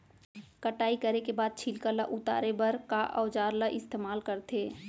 कटाई करे के बाद छिलका ल उतारे बर का औजार ल इस्तेमाल करथे?